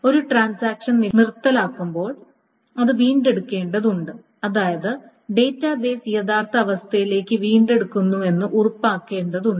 ഒരു ട്രാൻസാക്ഷൻ നിർത്തലാക്കുമ്പോൾ അത് വീണ്ടെടുക്കേണ്ടതുണ്ട് അതായത് ഡാറ്റാബേസ് യഥാർത്ഥ അവസ്ഥയിലേക്ക് വീണ്ടെടുക്കുന്നുവെന്ന് ഉറപ്പാക്കേണ്ടതുണ്ട്